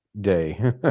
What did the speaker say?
day